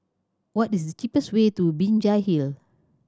what is the cheapest way to Binjai Hill